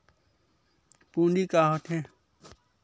पूंजी का होथे?